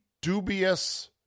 dubious